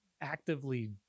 actively